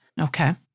Okay